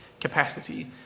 capacity